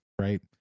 right